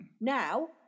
Now